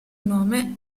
nome